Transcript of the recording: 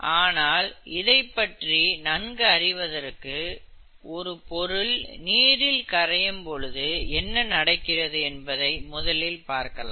ஆதலால் இதைப்பற்றி நன்கு அறிவதற்கு ஒரு பொருள் நீரில் கரையும் பொழுது என்ன நடக்கிறது என்பதை முதலில் பார்க்கலாம்